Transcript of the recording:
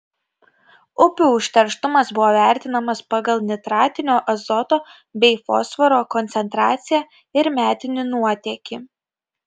upių užterštumas buvo vertinamas pagal nitratinio azoto bei fosforo koncentraciją ir metinį nuotėkį